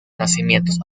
nacimientos